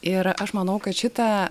ir aš manau kad šitą